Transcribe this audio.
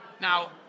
Now